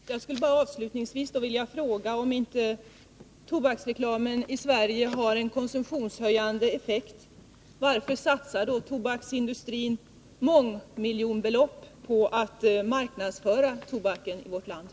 Herr talman! Jag skulle avslutningsvis vilja ställa en fråga med anledning av utskottstaleskvinnans senaste inlägg: Om inte tobaksreklamen i Sverige har en konsumtionshöjande effekt, varför satsar då tobaksindustrin mångmiljonbelopp på att marknadsföra tobaken i vårt land?